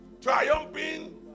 Triumphing